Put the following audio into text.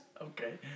Okay